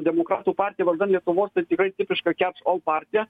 demokratų partija vardan lietuvos tikrai tipiška ketš ol partija